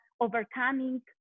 overcoming